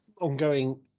ongoing